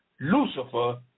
Lucifer